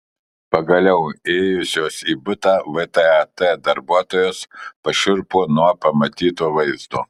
pagaliau įėjusios į butą vtat darbuotojos pašiurpo nuo pamatyto vaizdo